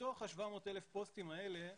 מתוך ה-700,000 פוסטים האלה,